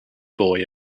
boy